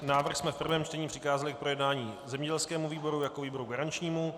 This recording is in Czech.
Návrh jsme v prvém čtení přikázali k projednání zemědělskému výboru jako výboru garančnímu.